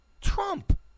Trump